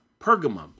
Pergamum